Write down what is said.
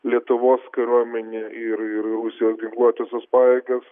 lietuvos kariuomenę ir ir rusijos ginkluotąsias pajėgas